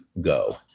go